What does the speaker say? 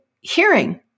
hearing